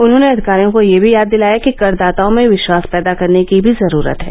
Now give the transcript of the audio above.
उन्हेांने अधिकारियों को यह भी याद दिलाया कि करदाताओं में विश्वास पैदा करने की भी जरूरत है